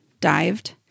dived